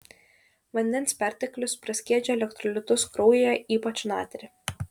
vandens perteklius praskiedžia elektrolitus kraujyje ypač natrį